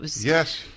Yes